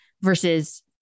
versus